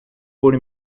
por